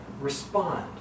respond